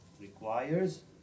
requires